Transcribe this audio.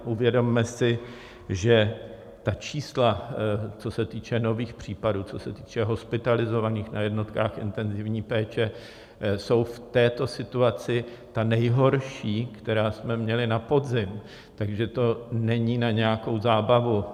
Uvědomme si, že ta čísla, co se týče nových případů, co se týče hospitalizovaných na jednotkách intenzivní péče, jsou v této situaci ta nejhorší, která jsme měli na podzim, takže to není na nějakou zábavu.